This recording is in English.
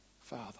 Father